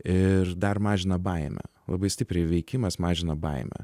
ir dar mažina baimę labai stipriai veikimas mažina baimę